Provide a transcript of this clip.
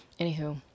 Anywho